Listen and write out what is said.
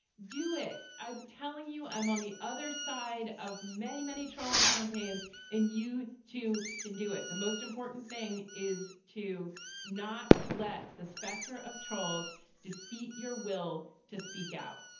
do it. i'm telling you, i'm on the other side of many, many trolling campaigns and you too can do it. the most important thing is to not let the specter of trolls defeat your will to speak out.